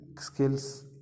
skills